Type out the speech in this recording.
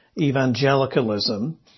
evangelicalism